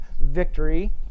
victory